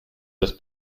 das